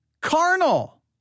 carnal